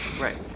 Right